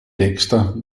dexter